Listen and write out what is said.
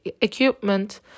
equipment